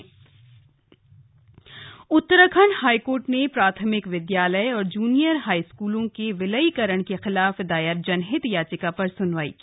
Nainital high court Uttarakhand high court ने प्राथमिक विद्यालय और जूनियर हाईस्कूलों के विलयीकरण के खिलाफ दायर जनहित याचिका पर स्नवाई की